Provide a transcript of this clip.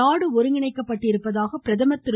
நாடு ஒருங்கிணைக்கப்பட்டிருப்பதாக பிரதமர் திரு